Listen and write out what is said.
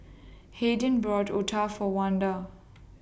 Hayden bought Otah For Wanda